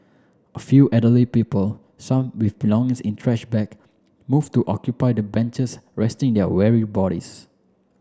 a few elderly people some with belongings in trash bag moved to occupy the benches resting their weary bodies